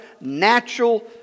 natural